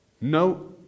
no